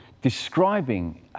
describing